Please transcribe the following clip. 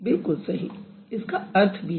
बिलकुल सही इसका अर्थ भी है